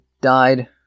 died